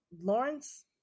Lawrence